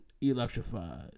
Electrified